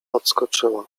odskoczyła